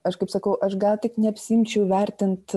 aš kaip sakau aš gal tik neapsiimčiau vertint